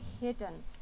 hidden